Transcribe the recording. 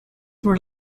were